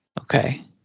Okay